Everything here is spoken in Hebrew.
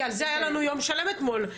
כי על זה היה לנו יום שלם אתמול.